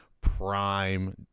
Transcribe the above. prime